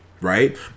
right